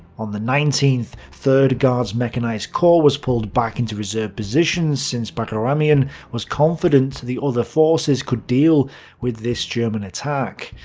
on the nineteenth, third guards mechanized corps was pulled back into reserve positions since bagramian was confident the other forces could deal with this german attack.